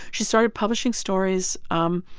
she started publishing stories um